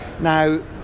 Now